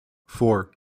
four